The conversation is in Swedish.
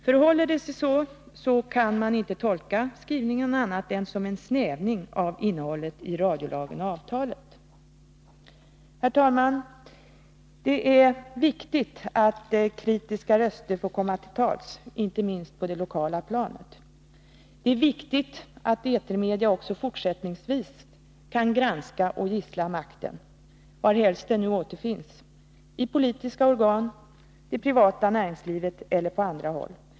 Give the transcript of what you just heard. Förhåller det sig så, kan man inte tolka utskottets skrivning på annat sätt än som en snävning av innehållet i radiolagen och avtalen. Herr talman! Det är viktigt att kritiska röster får göra sig hörda, inte minst på det lokala planet. Det är viktigt att etermedia också fortsättningsvis kan granska och gissla makten, var helst den nu återfinns — i politiska organ, i privata näringslivet eller på andra håll.